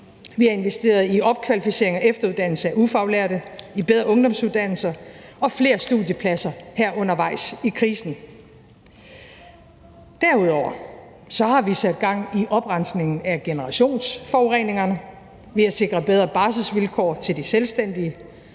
vi har investeret i opkvalificering og efteruddannelse af ufaglærte, i bedre ungdomsuddannelser og i flere studiepladser her undervejs i krisen. Derudover har vi sat gang i oprensningen af generationsforureningerne, vi har sikret bedre barselsvilkår til de selvstændige,